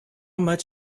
much